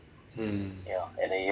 mm